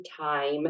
time